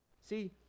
See